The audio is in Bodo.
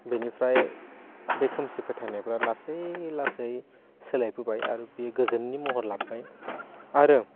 बेनिफ्राइ बे खोमसि फैथायनायफ्रा लासै लासै सोलायबोबाय आरो बे गोजोननि महर लाबोबाय आरो